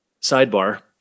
sidebar